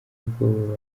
ubwoba